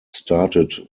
started